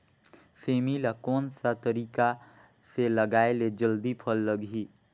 सेमी ला कोन सा तरीका से लगाय ले जल्दी फल लगही?